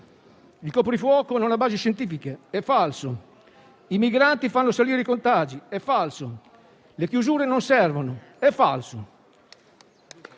Il coprifuoco non ha basi scientifiche, è falso. I migranti fanno salire i contagi, è falso. Le chiusure non servono, è falso.